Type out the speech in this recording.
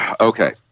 Okay